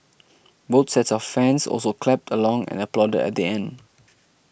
both sets of fans also clapped along and applauded at the end